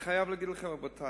רבותי, אני חייב להגיד לכם שאני